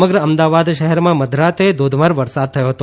સમગ્ર અમદાવાદ શહેરમાં મધરાતે ધોધમાર વરસાદ થયો હતો